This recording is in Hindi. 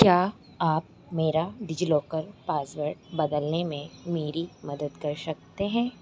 क्या आप मेरा डिजिलॉकर पासवर्ड बदलने में मेरी मदद कर सकते हैं